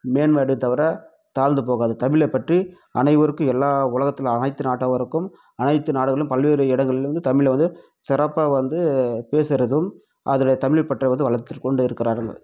மேன்மை அடையும் தவிர தாழ்ந்து போகாது தமிழை பற்றி அனைவருக்கும் எல்லா உலகத்தில் அனைத்து நாட்டவருக்கும் அனைத்து நாடுகளும் பல்வேறு இடங்களில் வந்து தமிழ் வந்து சிறப்பாக வந்து பேசுகிறதும் அதில் தமிழ்பற்றை வந்து வளர்த்துக் கொண்டு இருக்கிறார்கள்